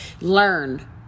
Learn